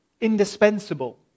indispensable